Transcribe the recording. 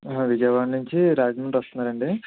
విజయవాడ నుంచి రాజమండ్రి వస్తున్నారు అండి